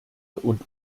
und